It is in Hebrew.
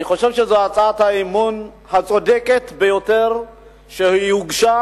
אני חושב שזאת הצעת האי-אמון הצודקת ביותר שהוגשה,